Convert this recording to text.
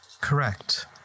Correct